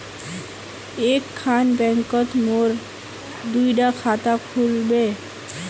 एक खान बैंकोत मोर दुई डा खाता खुल बे?